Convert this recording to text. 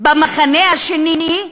במחנה השני,